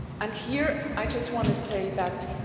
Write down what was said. and here, i just want to say that